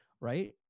right